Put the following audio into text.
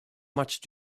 much